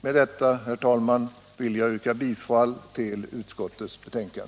Med detta, herr talman, vill jag yrka bifall till utskottets hemställan.